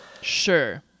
Sure